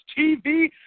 TV